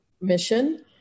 mission